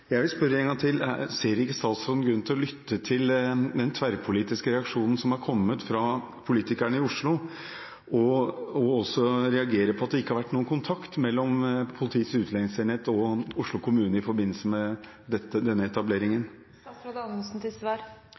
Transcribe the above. jeg vil spørre en gang til: Ser ikke statsråden grunn til å lytte til den tverrpolitiske reaksjonen som har kommet fra politikerne i Oslo, og også reagere på at det ikke har vært noen kontakt mellom Politiets utlendingsenhet og Oslo kommune i forbindelse med denne etableringen? Jeg synes det er veldig viktig å lytte til